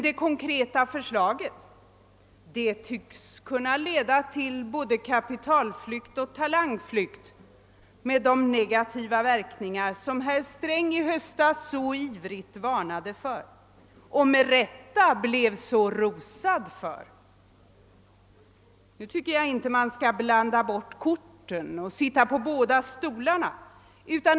Det konkreta förslaget tycks emellertid kunna leda till både kapitalflykt och talangflykt, med de negativa verkningar som herr Sträng i höstas så ivrigt varnade för, för vilket han med rätta blev rosad. Nu tycker jag att han inte bör blanda bort korten eller försöka sitta på båda stolarna.